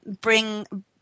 bring